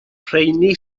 rheini